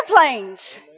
airplanes